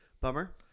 Bummer